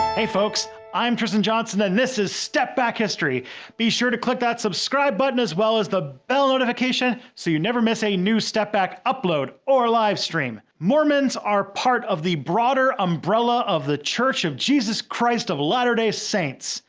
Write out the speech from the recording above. hey folks, i'm tristan johnson, and this is step back. be sure to click that subscribe button as well as the bell notification, so you never miss a new step back upload or live stream. mormons are part of the broader umbrella of the church of jesus christ of latter-day saints.